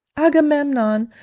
agamemnon,